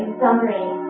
summary